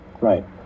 right